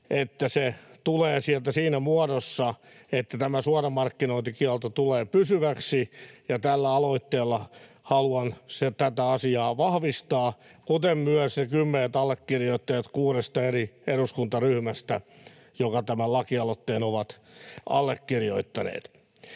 se tulee sieltä siinä muodossa, että tämä suoramarkkinointikielto tulee pysyväksi, ja tällä aloitteella haluan tätä asiaa vahvistaa, kuten myös ne kymmenet allekirjoittajat kuudesta eri eduskuntaryhmästä, jotka tämän lakialoitteen ovat allekirjoittaneet.